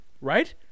right